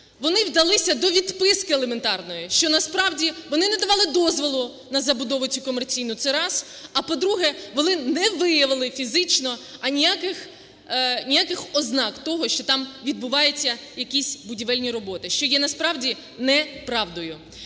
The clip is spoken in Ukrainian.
вони вдалися до відписки елементарної, що насправді вони не давали дозволу на забудову цю комерційну. Це раз. А, по-друге, вони не виявили фізично ніяких ознак того, що там відбуваються якісь будівельні роботи, що є насправді неправдою.